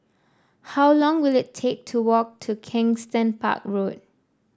how long will it take to walk to Kensington Park Road